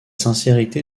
sincérité